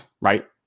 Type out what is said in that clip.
right